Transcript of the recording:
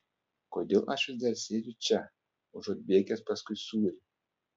kodėl aš vis dar sėdžiu čia užuot bėgęs paskui sūrį